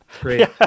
Great